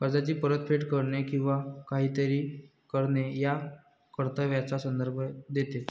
कर्जाची परतफेड करणे किंवा काहीतरी करणे या कर्तव्याचा संदर्भ देते